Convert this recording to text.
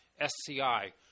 SCI